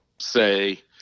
say